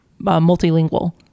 multilingual